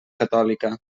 catòlica